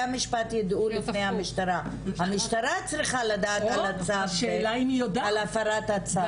המשטרה צריכה לדעת על הפרת הצו.